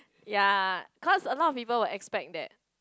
ya cause a lot of people would expect that